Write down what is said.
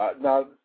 Now